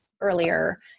earlier